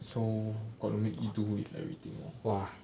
so got to re~ it do it everything lah